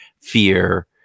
fear